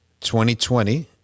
2020